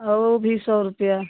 और वह भी सौ रुपये